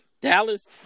Dallas